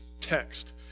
text